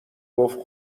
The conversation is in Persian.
گفت